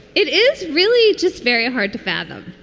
it is really just very hard to fathom.